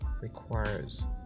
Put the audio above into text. requires